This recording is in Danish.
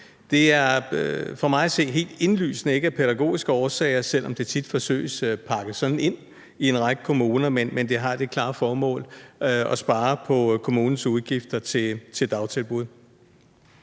Det er for mig at se helt indlysende ikke af pædagogiske årsager, selv om det tit forsøges pakket sådan ind i en række kommuner, men det har det klare formål at spare på kommunens udgifter til dagtilbud.